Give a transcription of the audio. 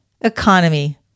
economy